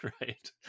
Right